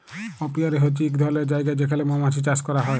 apiary হছে ইক ধরলের জায়গা যেখালে মমাছি চাষ ক্যরা হ্যয়